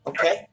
Okay